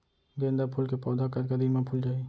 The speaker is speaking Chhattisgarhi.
गेंदा फूल के पौधा कतका दिन मा फुल जाही?